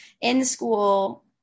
in-school